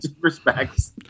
respects